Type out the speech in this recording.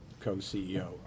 Co-CEO